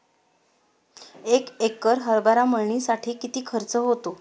एक एकर हरभरा मळणीसाठी किती खर्च होतो?